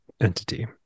entity